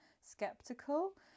skeptical